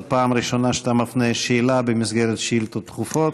זאת הפעם הראשונה שאתה מפנה שאלה במסגרת שאילתות דחופות.